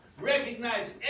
Recognize